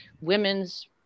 women's